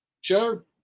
sure